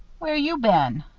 where you been?